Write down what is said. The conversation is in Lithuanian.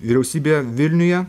vyriausybė vilniuje